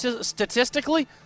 statistically